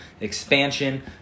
expansion